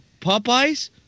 Popeyes